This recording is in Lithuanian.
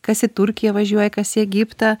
kas į turkiją važiuoja kas į egiptą